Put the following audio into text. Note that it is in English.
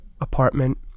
apartment